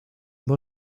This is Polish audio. było